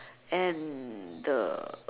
and the